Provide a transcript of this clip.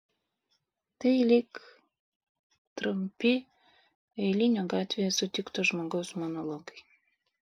tai lyg trumpi eilinio gatvėje sutikto žmogaus monologai